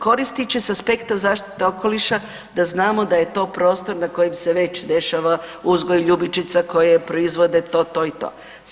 Koristit će s aspekta zaštite okoliša da znamo da je to prostor na kojem se već dešava uzgoj ljubičica koje proizvode to, to i to.